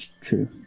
True